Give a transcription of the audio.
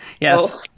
Yes